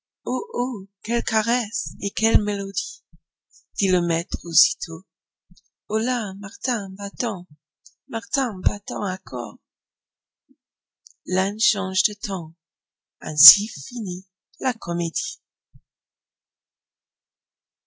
quelle caresse et quelle mélodie dit le maître aussitôt holà martin-bâton martin-bâton accourt l'âne change de ton ainsi finit la comédie